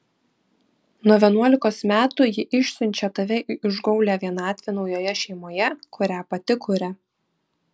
nuo vienuolikos metų ji išsiunčia tave į užgaulią vienatvę naujoje šeimoje kurią pati kuria